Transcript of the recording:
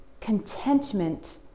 contentment